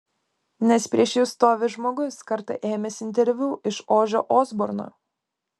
nes prieš jus stovi žmogus kartą ėmęs interviu iš ožio osborno